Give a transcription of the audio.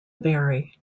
vary